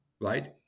Right